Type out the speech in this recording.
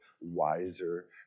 wiser